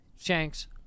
shanks